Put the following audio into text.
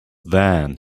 then